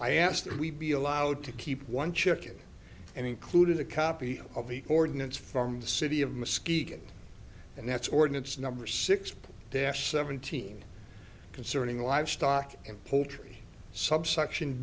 i asked that we be allowed to keep one chicken and included a copy of the ordinance from the city of muskegon and that's ordinance number six there are seventeen concerning livestock and poultry subsection